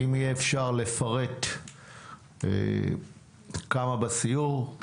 אם יהיה אפשר לפרט כמה בסיור,